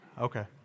Okay